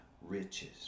riches